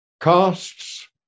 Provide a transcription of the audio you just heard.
casts